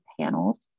panels